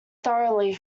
thoroughly